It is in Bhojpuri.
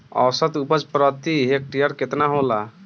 औसत उपज प्रति हेक्टेयर केतना होला?